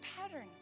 pattern